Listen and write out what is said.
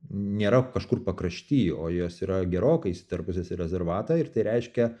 nėra kažkur pakrašty o jos yra gerokai įsiterpusios į rezervatą ir tai reiškia